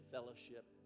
Fellowship